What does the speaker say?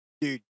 Dude